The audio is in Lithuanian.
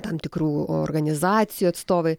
tam tikrų organizacijų atstovai